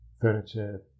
furniture